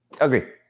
Agree